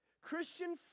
Christian